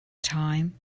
time